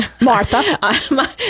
Martha